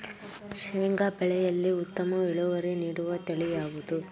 ಶೇಂಗಾ ಬೆಳೆಯಲ್ಲಿ ಉತ್ತಮ ಇಳುವರಿ ನೀಡುವ ತಳಿ ಯಾವುದು?